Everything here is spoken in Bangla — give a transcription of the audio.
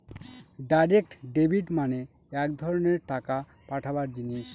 ডাইরেক্ট ডেবিট মানে এক ধরনের টাকা পাঠাবার জিনিস